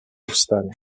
powstanie